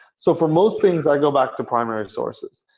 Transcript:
so for most things, i go back to primary sources.